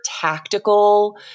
tactical